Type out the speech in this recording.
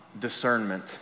discernment